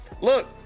Look